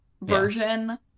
version